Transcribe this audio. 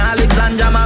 Alexander